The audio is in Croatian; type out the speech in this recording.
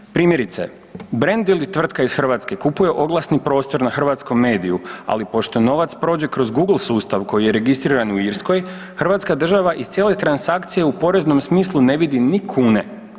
Dakle, primjerice, brand ili tvrtka iz hrvatske kupuje oglasni prostor na hrvatskom mediju, ali pošto novac prođe kroz Google sustav koji je registriran u Irskoj, hrvatska država iz cijele transakcije u poreznom smislu ne vidi ni kune.